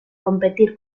competir